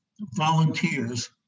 volunteers